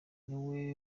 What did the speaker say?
niwe